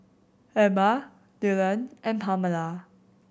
Ebba Dyllan and Pamala